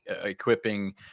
equipping